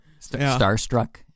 starstruck